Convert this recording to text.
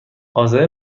آذری